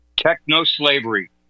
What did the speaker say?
Techno-slavery